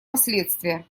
последствия